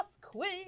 queen